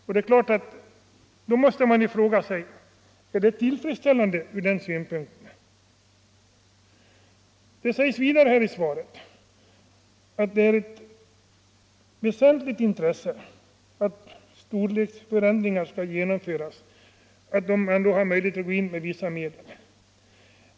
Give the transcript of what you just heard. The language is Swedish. Man måste ju fråga sig om det är tillfredsställande. Det sägs vidare i svaret att det är ett väsentligt intresse när storleksförändringar skall genomföras att man har möjlighet att gå in med vissa medel.